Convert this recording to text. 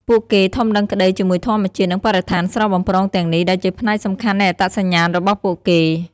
ពួកគេធំដឹងក្តីជាមួយធម្មជាតិ និងបរិស្ថានស្រស់បំព្រងទាំងនេះ ដែលជាផ្នែកសំខាន់នៃអត្តសញ្ញាណរបស់ពួកគេ។